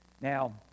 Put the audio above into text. Now